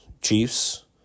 Chiefs